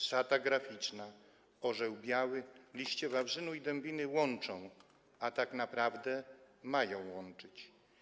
Szata graficzna - orzeł biały, liście wawrzynu i dębiny łączą, a tak naprawdę mają łączyć.